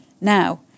now